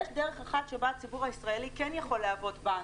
יש דרך אחת שבה הציבור הישראלי כן יכול להוות בנק,